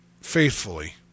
faithfully